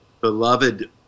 beloved